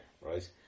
Right